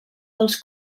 dels